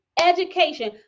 Education